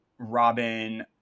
Robin